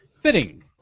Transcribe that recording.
Fitting